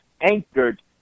anchored